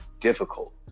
difficult